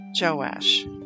Joash